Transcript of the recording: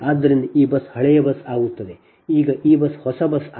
ಆದ್ದರಿಂದ ಈ ಬಸ್ ಹಳೆಯ ಬಸ್ ಆಗುತ್ತದೆ ಈಗ ಈ ಬಸ್ ಹೊಸ ಬಸ್ ಆಗಿದೆ